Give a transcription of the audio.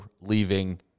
leaving